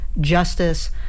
justice